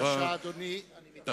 בבקשה, אדוני.